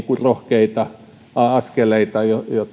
rohkeita askeleita